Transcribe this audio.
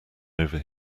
over